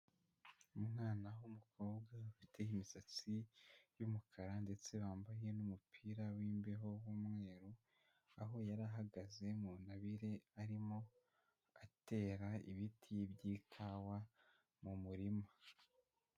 Umwana w'umukobwa ufite imisatsi y'umukara ndetse wambaye n'umupira w'imbeho w'umweru, aho yari ahagaze mu ntabire arimo atera ibiti by'ikawa mu murima.